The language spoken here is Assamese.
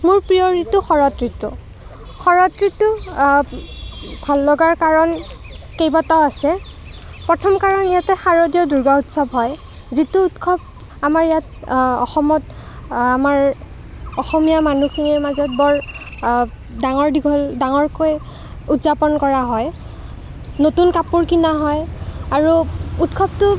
মোৰ প্ৰিয় ঋতু শৰৎ ঋতু শৰৎ ঋতু ভাল লগাৰ কাৰণ কেইবাটাও আছে প্ৰথম কাৰণ ইয়াতে শাৰদীয় দুৰ্গা উৎসৱ হয় যিটো উৎসৱ আমাৰ ইয়াত অসমত আমাৰ অসমীয়া মানুহখিনিৰ মাজত বৰ ডাঙৰ দীঘল ডাঙৰকৈ উদযাপন কৰা হয় নতুন কাপোৰ কিনা হয় আৰু উৎসৱটো